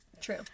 true